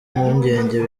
mpungenge